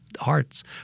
hearts